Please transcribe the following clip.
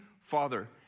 Father